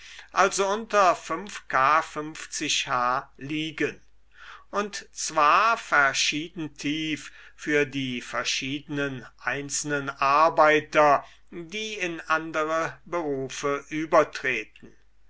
also unter k h liegen und zwar verschieden tief für die verschiedenen einzelnen arbeiter die in andere berufe übertreten